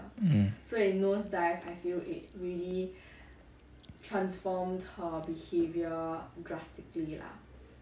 mm